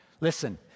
Listen